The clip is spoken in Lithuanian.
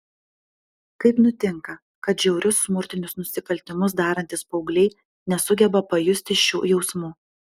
kaip nutinka kad žiaurius smurtinius nusikaltimus darantys paaugliai nesugeba pajusti šių jausmų